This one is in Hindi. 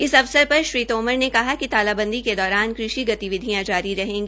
इस अवसर पर श्री तोमर ने कहा कि तालाबंदी के दौरान कृषि गतिविधियां जारी रहेगी